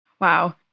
Wow